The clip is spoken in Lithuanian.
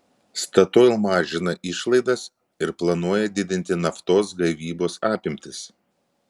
statoil mažina išlaidas ir planuoja didinti naftos gavybos apimtis